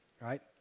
right